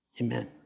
Amen